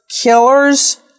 killers